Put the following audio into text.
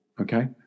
okay